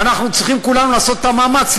ואנחנו צריכים כולנו לעשות מאמץ,